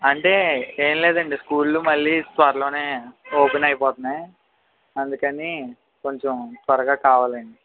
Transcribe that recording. అంటే ఏం లేదండి స్కూళ్ళు మళ్ళీ త్వరలోనే ఓపెన్ అయిపోతున్నాయి అందుకని కొంచెం త్వరగా కావాలండి